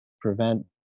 prevent